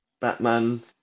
Batman